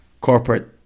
corporate